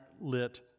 lit